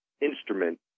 instrument